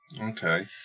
Okay